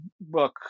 book